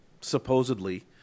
supposedly